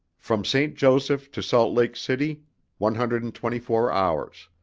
from st. joseph to salt lake city one hundred and twenty four hours.